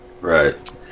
Right